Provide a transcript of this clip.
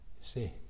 See